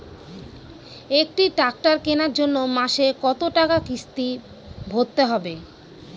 একটি ট্র্যাক্টর কেনার জন্য মাসে কত টাকা কিস্তি ভরতে হবে?